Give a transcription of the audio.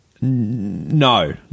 No